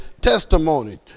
testimony